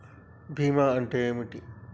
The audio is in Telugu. బీమా అంటే ఏమిటి?